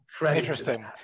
Interesting